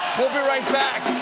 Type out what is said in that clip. we'll be right back